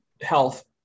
health